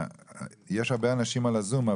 יש הרבה אנשים על הזום,